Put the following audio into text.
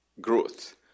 growth